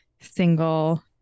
single